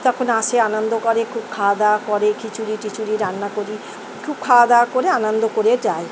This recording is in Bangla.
তখন আসে আনন্দ করে খুব খাওয়া দাওয়া করে খিচুড়ি টিচুড়ি রান্না করি খুব খাওয়া দাওয়া করে আনন্দ করে যায়